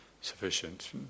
sufficient